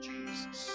Jesus